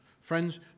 Friends